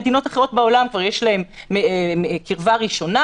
למדינות אחרות בעולם כבר יש אפשרות של קרבה ראשונה,